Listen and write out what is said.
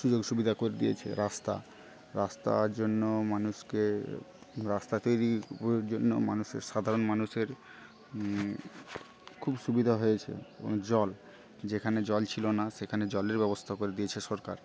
সুযোগ সুবিধা করে দিয়েছে রাস্তা রাস্তার জন্য মানুষকে রাস্তা তৈরির জন্য মানুষের সাধারণ মানুষের খুব সুবিধা হয়েছে জল যেখানে জল ছিল না সেখানে জলের ব্যবস্থা করে দিয়েছে সরকার